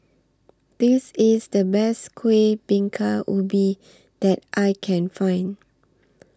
This IS The Best Kuih Bingka Ubi that I Can Find